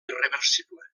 irreversible